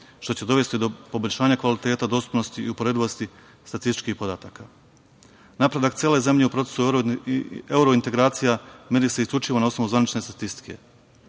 što će dovesti do poboljšanja kvaliteta dostupnosti i uporedivosti statističkih podataka. Napredak cele zemlje u procesu evrointegracija meri se isključivo na osnovu zvanične statistike.